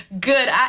good